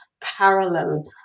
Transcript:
parallel